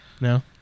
No